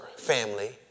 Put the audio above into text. family